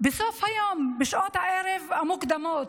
בסוף היום, בשעות הערב המוקדמות,